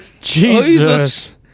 Jesus